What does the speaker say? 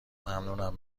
ممنونم